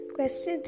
Question